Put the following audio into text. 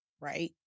right